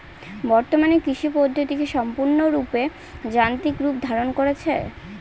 বর্তমানে কৃষি পদ্ধতি কি সম্পূর্ণরূপে যান্ত্রিক রূপ ধারণ করেছে?